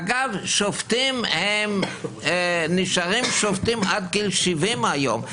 אגב, שופטים נשארים שופטים עד גיל 70 היום.